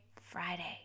Friday